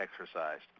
exercised